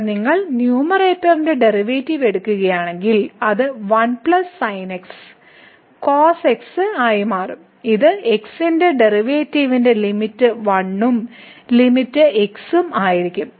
ഇവിടെ നിങ്ങൾ ന്യൂമറേറ്ററിന്റെ ഡെറിവേറ്റീവ് എടുക്കുകയാണെങ്കിൽ അത് 1 sin x cos x ആയി മാറും ഈ x ന്റെ ഡെറിവേറ്റീവിന്റെ ലിമിറ്റ് 1 ഉം ലിമിറ്റ് x ഉം ആയിരിക്കും